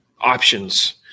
options